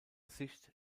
sicht